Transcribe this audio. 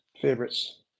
favorites